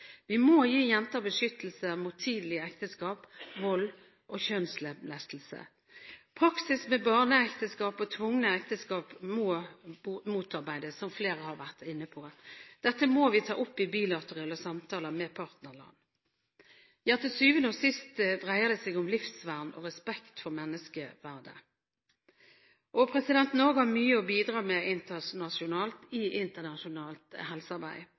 Vi må gi jenter beskyttelse mot tidlig ekteskap, vold og kjønnslemlestelse. Praksis med barneekteskap og tvungne ekteskap må motarbeides, som flere har vært inne på. Dette må vi ta opp i bilaterale samtaler med partnerland. Til syvende og sist dreier det seg om livsvern og respekt for menneskeverdet. Norge har mye å bidra med i internasjonalt helsearbeid.